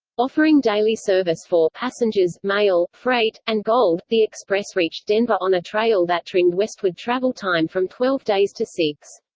offering daily service for passengers, mail, freight, and gold, the express reached denver on a trail that trimmed westward travel time from twelve days to six.